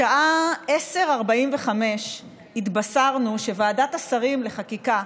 בשעה 10:45 התבשרנו שוועדת השרים לחקיקה,